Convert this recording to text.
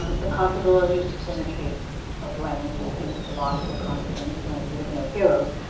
the possibility of symmetry of blame, which seems a logical consequence when we have no heroes.